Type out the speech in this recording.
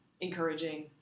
encouraging